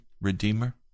redeemer